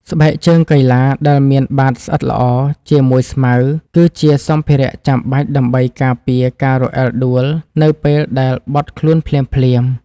ស្បែកជើងកីឡាដែលមានបាតស្អិតល្អជាមួយស្មៅ គឺជាសម្ភារៈចាំបាច់ដើម្បីការពារការរអិលដួលនៅពេលដែលបត់ខ្លួនភ្លាមៗ។